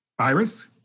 virus